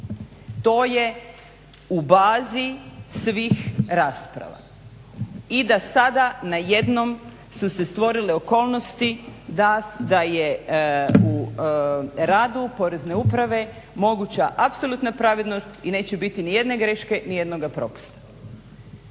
To je u bazi svih rasprava. I da sada najednom su se stvorile okolnosti da je u radu Porezne uprave moguća apsolutna pravednost i neće biti nijedne greške, nijednoga propusta.